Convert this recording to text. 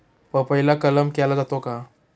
पपईला कलम केला जातो का?